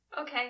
Okay